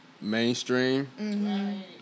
mainstream